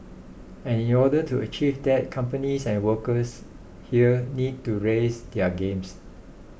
and in order to achieve that companies and workers here need to raise their games